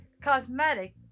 cosmetic